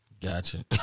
Gotcha